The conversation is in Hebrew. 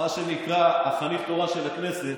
כשאתה תהיה מה שנקרא "החניך התורן" של הכנסת,